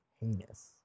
heinous